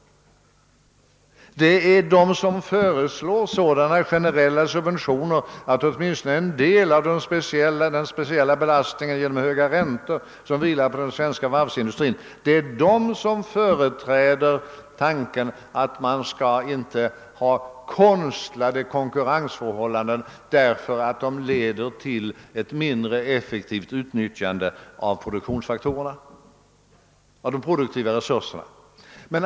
Detta hävdas av dem som föreslår sådana generella subventioner att åtminstone en del av den speciella belastningen genom de höga räntor som vilar på den svenska varvsindustrin elimineras och som företräder tanken att man inte skall ha konstlade konkurrensförhållanden, därför att det leder till ett mindre effektivt utnyttjande av produktionsfaktorerna, av de produktiva resurserna.